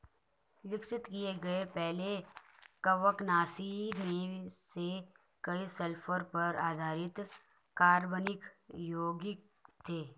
विकसित किए गए पहले कवकनाशी में से कई सल्फर पर आधारित अकार्बनिक यौगिक थे